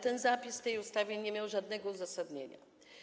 Ten zapis w tej ustawie nie miał żadnego uzasadnienia.